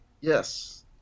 Yes